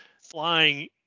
flying